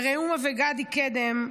וראומה וגדי קדם,